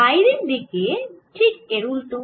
বাইরের দিকে ঠিক এর উল্টো